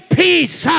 peace